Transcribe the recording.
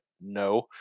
No